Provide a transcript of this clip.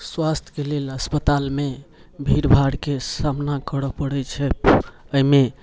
स्वास्थके लेल अस्पतालमे भीड़ भाड़के सामना करऽ पड़ै छै अइमे